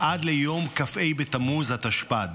עד ליום כ"ה בתמוז התשפ"ד,